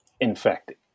infected